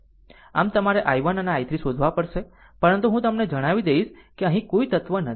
આમ તમારે i1 અને i3 શોધવા પડશે પરંતુ હું તમને જણાવી દઈશ કે અહીં કોઈ તત્વ નથી